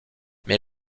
mais